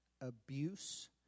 abuse